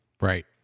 Right